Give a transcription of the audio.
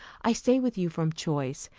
i stay with you from choice,